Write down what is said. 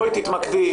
בואי תתמקדי.